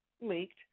leaked